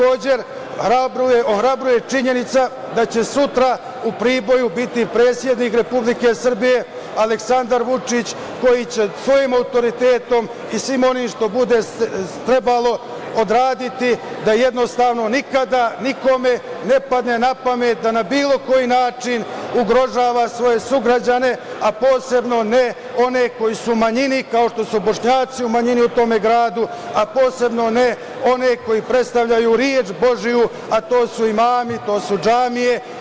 Ohrabruje i činjenica da će sutra u Priboju biti predsednik Republike Srbije, Aleksandar Vučić koji će svojim autoritetom i svim onim što bude trebalo odraditi da jednostavno nikada nikome ne padne na pamet da na bilo koji način ugrožava svoje sugrađane, a posebno ne one koji su u manjini, kao što su Bošnjaci u manjini u tom gradu, a posebno ne one koji predstavljaju reč božiju, a to su imami, to su džamije.